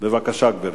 בבקשה, גברתי.